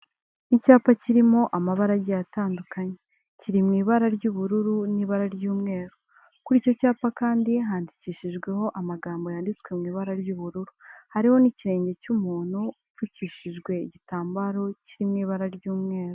Icyapa kirimo amabara agiye atandukanye, kiri mu ibara ry'ubururu n'ibara ry'umweru, kuri icyo cyapa kandi handikishijweho amagambo yanditswe mu ibara ry'ubururu, hariho n'ikirenge cy'umuntu upfukishijwe igitambaro kiri mu ibara ry'umweru.